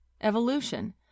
evolution